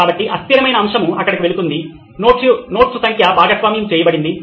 కాబట్టి అస్థిరమైన అంశం అక్కడకు వెళుతుంది నోట్స్ సంఖ్య భాగస్వామ్యం చేయబడింది